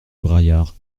braillard